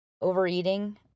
overeating